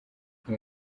uwo